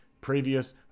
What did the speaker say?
previous